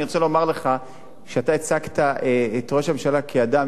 אני רוצה לומר לך שאתה הצגת את ראש הממשלה כאדם